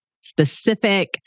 specific